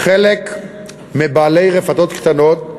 חלק מבעלי הרפתות הקטנות,